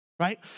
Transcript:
Right